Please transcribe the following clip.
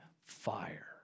fire